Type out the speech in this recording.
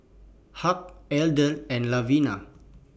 Hugh Adele and Lavinia